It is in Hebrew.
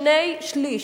שני-שלישים.